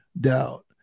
doubt